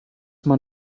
man